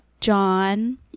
John